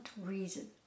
reason